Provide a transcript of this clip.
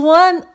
one